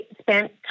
spent